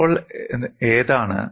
അപ്പോൾ ഏതാണ്